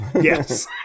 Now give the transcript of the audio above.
yes